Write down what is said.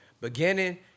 beginning